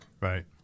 Right